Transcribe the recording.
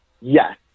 Yes